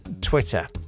Twitter